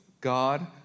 God